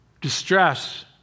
Distress